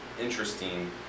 interesting